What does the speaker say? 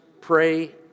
pray